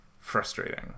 frustrating